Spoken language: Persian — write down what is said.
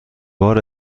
بار